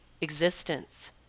existence